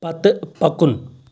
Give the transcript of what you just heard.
پتہٕ پکُن